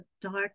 dark